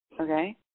Okay